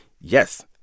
yes